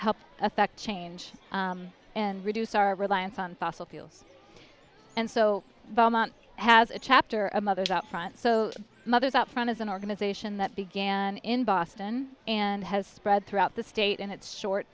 help effect change and reduce our reliance on fossil fuel and so has a chapter of mothers out front so mothers out front is an organization that began in boston and has spread throughout the state and its short